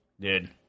Dude